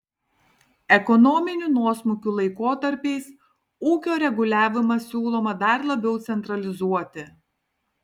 ekonominių nuosmukių laikotarpiais ūkio reguliavimą siūloma dar labiau centralizuoti